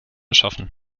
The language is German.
schaffen